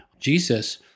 Jesus